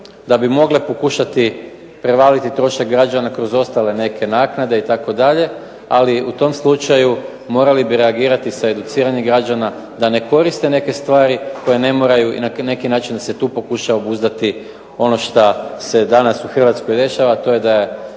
da bi mogle pokušati prevaliti trošak građana kroz ostale neke naknade itd, ali u tom slučaju morali bi reagirati sa educiranjem građana da ne koriste neke stvari koje ne moraju i na neki način da se tu pokuša obuzdati ono što se danas u Hrvatskoj dešava, a to je da